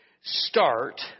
start